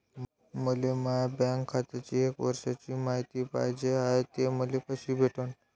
मले माया बँक खात्याची एक वर्षाची मायती पाहिजे हाय, ते मले कसी भेटनं?